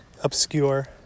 obscure